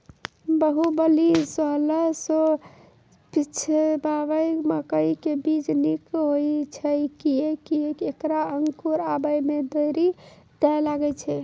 बाहुबली सोलह सौ पिच्छान्यबे मकई के बीज निक होई छै किये की ऐकरा अंकुर आबै मे देरी नैय लागै छै?